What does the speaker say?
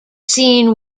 seen